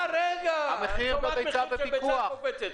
מחיר הביצה בפיקוח.